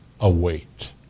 await